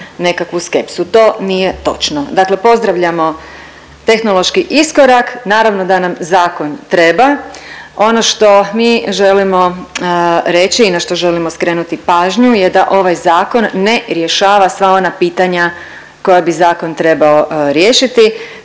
nekakvu skepsu. To nije točno. Dakle, pozdravljamo tehnološki iskorak, naravno da nam zakon treba, ono što mi želimo reći i na što želimo skrenuti pažnju je da ovaj zakon ne rješava sva ona pitanja koja bi zakon trebao riješiti.